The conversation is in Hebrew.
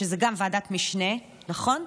שזאת גם ועדת משנה, נכון?